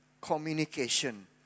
communication